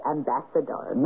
Ambassador